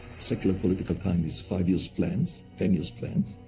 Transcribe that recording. secular political time is five year plans, ten year plans,